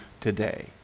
today